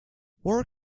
where